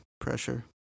pressure